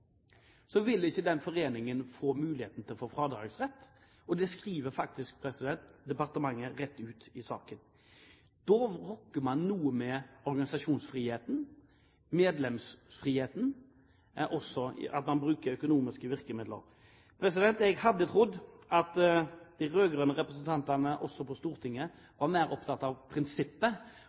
så vil ikke den foreningen få mulighet til å få fradragsrett. Det skriver faktisk departementet rett ut i saken. Da rokker man noe ved organisasjonsfriheten, medlemsfriheten, og også at man bruker økonomiske virkemidler. Jeg hadde trodd at de rød-grønne representantene på Stortinget var mer opptatt av prinsippet